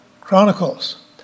Chronicles